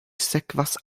sekvas